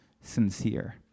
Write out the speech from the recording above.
sincere